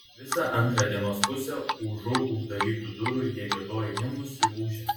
visą antrą dienos pusę užu uždarytų durų jie giedojo himnus ir ūžė